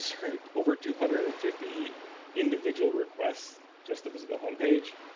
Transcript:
sorry. over two hundred and fifty individual requests just to visit the home page?